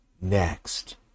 next